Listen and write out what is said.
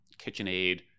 KitchenAid